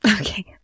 Okay